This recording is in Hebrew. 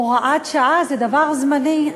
הוראת שעה היא דבר זמני.